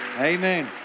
Amen